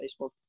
Facebook